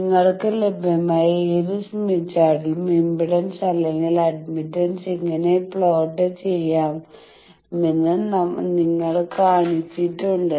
നിങ്ങൾക്ക് ലഭ്യമായ ഏത് സ്മിത്ത് ചാർട്ടിലും ഇംപെഡൻസ് അല്ലെങ്കിൽ അഡ്മിറ്റൻസ് എങ്ങനെ പ്ലോട്ട് ചെയ്യാമെന്ന് ഞാൻ നിങ്ങൾക്ക് കാണിച്ചുതന്നിട്ടുണ്ട്